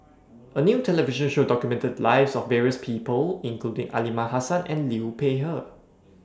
A New television Show documented The Lives of various People including Aliman Hassan and Liu Peihe